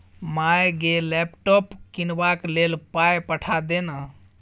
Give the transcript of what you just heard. माय गे लैपटॉप कीनबाक लेल पाय पठा दे न